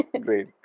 Great